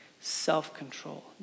self-control